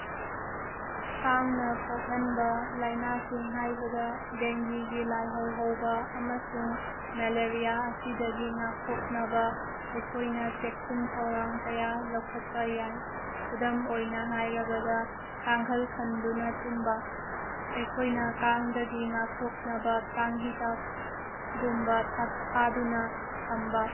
ꯀꯥꯡꯅ ꯄꯣꯛꯍꯟꯕ ꯂꯥꯏꯅꯥꯁꯤꯡ ꯍꯥꯏꯕꯗ ꯗꯦꯡꯒꯤꯒꯤ ꯂꯥꯏꯍꯧ ꯍꯧꯕ ꯑꯃꯁꯨꯡ ꯃꯦꯂꯥꯔꯤꯌꯥ ꯑꯁꯤꯗꯒꯤ ꯉꯥꯛꯊꯣꯛꯅꯕ ꯑꯩꯈꯣꯏꯅ ꯆꯦꯛꯁꯤꯟ ꯊꯧꯔꯥꯡ ꯀꯌꯥ ꯂꯧꯈꯠꯄ ꯌꯥꯏ ꯈꯨꯗꯝ ꯑꯣꯏꯅ ꯍꯥꯏꯔꯕꯗ ꯀꯥꯡꯈꯜ ꯈꯟꯗꯨꯅ ꯇꯨꯝꯕ ꯑꯩꯈꯣꯏꯅ ꯀꯥꯡꯗꯒꯤ ꯉꯥꯛꯊꯣꯛꯅꯕ ꯀꯥꯡ ꯍꯤꯗꯥꯛꯒꯨꯝꯕ ꯊꯥꯗꯨꯅ ꯊꯝꯕ